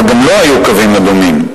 וגם לו היו קווים אדומים.